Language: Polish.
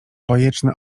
bajeczne